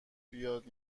بیاد